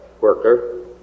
worker